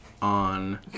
on